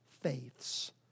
faiths